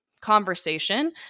conversation